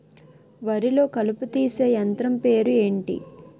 వరి లొ కలుపు తీసే యంత్రం పేరు ఎంటి?